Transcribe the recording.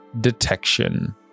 detection